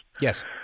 Yes